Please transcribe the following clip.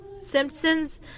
Simpson's